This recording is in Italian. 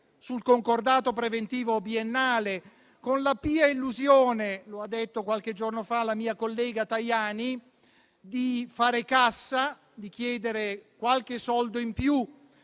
sul concordato preventivo biennale, con la pia illusione - come ha detto qualche giorno fa la mia collega Tajani - di fare cassa, di chiedere qualche soldo in più